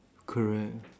correct